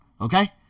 Okay